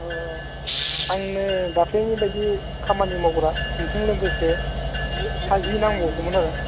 अह आंनो दाखालिनि बादि खामानि मावग्रा नोंथांजों लोगोसे सा जि नांबावगौमोन आरो